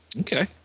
okay